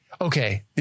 okay